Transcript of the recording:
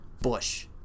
Bush